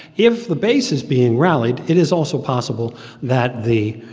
if the base is being rallied, it is also possible that the,